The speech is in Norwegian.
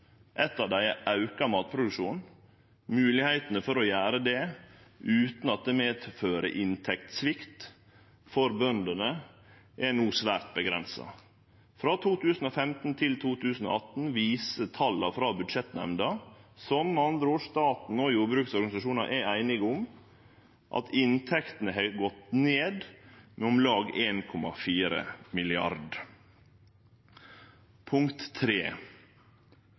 Eitt av dei er auka matproduksjon. Moglegheitene for å gjere det utan at det medfører inntektssvikt for bøndene, er no svært avgrensa. Frå 2015 til 2018 viser tala frå Budsjettnemnda, som staten og jordbruksorganisasjonane med andre ord er einige om, at inntektene har gått ned med om lag 1,4 mrd. kr. Punkt tre: